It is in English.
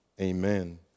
amen